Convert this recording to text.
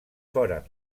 foren